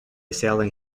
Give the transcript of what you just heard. sailing